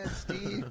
Steve